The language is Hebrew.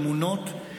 אמונות.